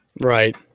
Right